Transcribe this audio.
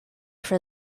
for